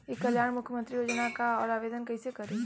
ई कल्याण मुख्यमंत्री योजना का है और आवेदन कईसे करी?